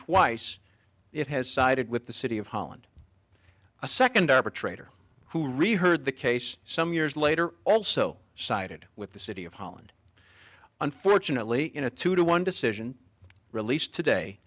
twice it has sided with the city of holland a second arbitrator who reheard the case some years later also sided with the city of holland unfortunately in a two to one decision released today